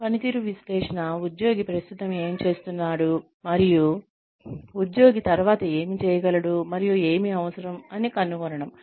కాబట్టి పనితీరు విశ్లేషణ ఉద్యోగి ప్రస్తుతం ఏమి చేస్తున్నాడు మరియు ఉద్యోగి తరువాత ఏమి చేయగలడు మరియు ఏమి అవసరం అని కనుగొనడం